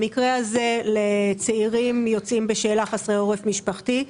במקרה הזה הוא נותן לצעירים יוצאים בשאלה והם חסרי עורף משפחתי.